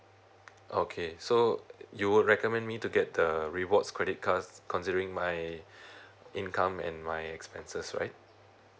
okay so you would recommend me to get the rewards credit cards considering my income and my expenses right